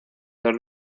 dos